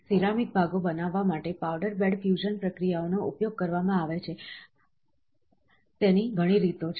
ceramic ભાગો બનાવવા માટે પાવડર બેડ ફ્યુઝન પ્રક્રિયાઓનો ઉપયોગ કરવામાં આવે તેની ઘણી રીતો છે